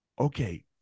okay